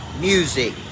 music